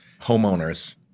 homeowners